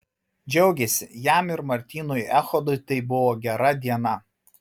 džiaugėsi jam ir martynui echodui tai buvo gera diena